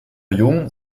jung